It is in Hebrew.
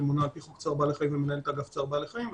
הממונה על פי חוק צער בעלי חיים ומנהלת האגף צער בעלי חיים,